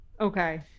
okay